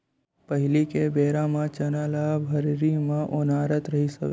पहिली के बेरा म चना ल भर्री म ओनारत रिहिस हवय